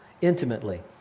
intimately